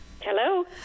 Hello